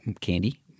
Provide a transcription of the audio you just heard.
Candy